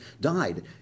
died